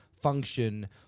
function